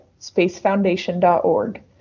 spacefoundation.org